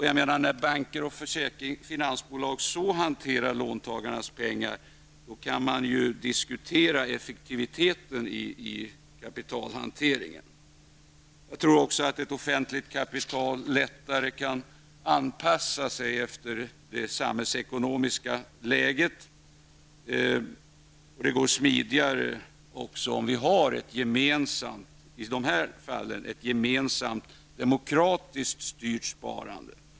Man kan ju diskutera effektiviteten i kapitalhanteringen när banker och finansbolag hanterar låntagarnas pengar så. Ett offentligt kapital kan lättare anpassa sig efter det samhällsekonomiska läget. Detta går smidigare om vi i de här fallen har ett gemensamt demokratiskt styrt sparande.